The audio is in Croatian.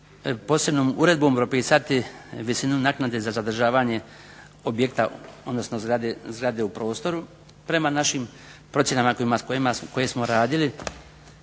posebnom uredbom propisati visinu naknade za zadržavanje objekta u prostoru prema našim procjenama koje smo radili,